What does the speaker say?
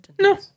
No